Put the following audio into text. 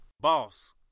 boss